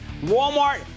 Walmart